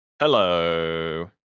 Hello